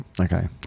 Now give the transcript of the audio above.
Okay